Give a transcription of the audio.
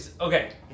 Okay